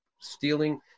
stealing